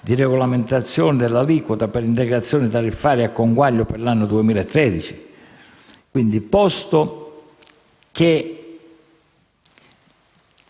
di regolazione dell'aliquota per l'integrazione tariffaria a conguaglio per l'anno 2013. Posto che